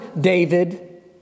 David